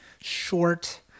short